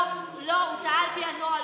לא, הוא טעה על פי הנוהל.